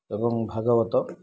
ଏବଂ ଭାଗବତ